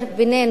בינינו,